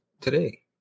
today